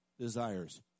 desires